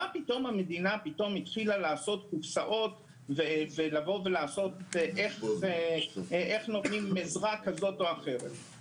מה פתאום המדינה יוצרת קופסאות וכל מיני דרכים לעזרה כזו או אחרת?